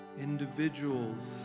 individuals